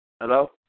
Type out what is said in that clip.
Hello